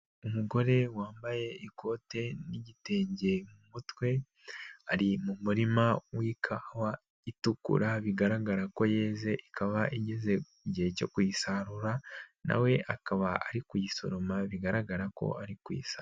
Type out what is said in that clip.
Umugore wambaye ikote n'igitenge mu mutwe, ari mu murima w'ikawa itukura, bigaragara ko yeze ikabageze igihe cyo kuyisarura, nawe akaba ari kuyisoroma bigaragara ko ari kuyisarura.